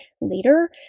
later